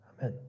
Amen